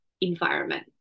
environment